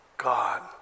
God